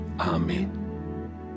amen